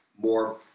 more